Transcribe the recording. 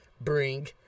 bring